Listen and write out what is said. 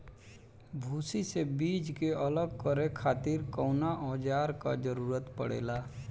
भूसी से बीज के अलग करे खातिर कउना औजार क जरूरत पड़ेला?